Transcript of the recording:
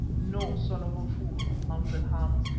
no, son of a fool! answered hans.